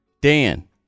Dan